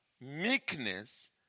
meekness